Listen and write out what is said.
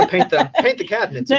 ah paint the paint the cabinet. so